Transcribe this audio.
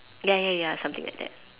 ya ya ya something like that